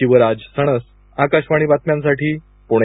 शिवराज सणस आकाशवाणी बातम्यांसाठी पुणे